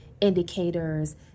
indicators